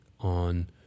on